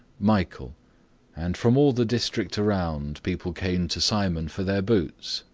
michael and from all the district round people came to simon for their boots,